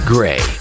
Gray